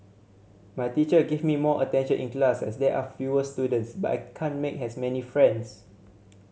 my teacher give me more attention in class as there are fewer students but I can't make as many friends